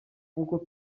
nk’uko